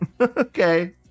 Okay